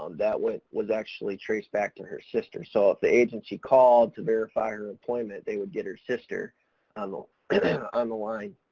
that went, was actually traced back to her sister. so if the agency called to verify her employment they would get her sister on the on the line,